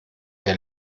der